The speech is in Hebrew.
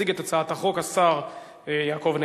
הצעת חוק החברות (תיקון מס' 20)